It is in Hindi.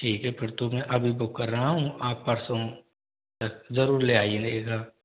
ठीक है फिर तो मैं अभी बुक कर रहा हूँ आप परसों तक जरूर ले आइएगा